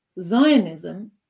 Zionism